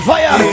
Fire